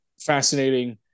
fascinating